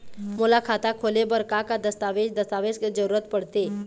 मोला खाता खोले बर का का दस्तावेज दस्तावेज के जरूरत पढ़ते?